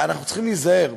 אנחנו צריכים להיזהר,